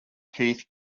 keith